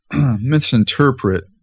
misinterpret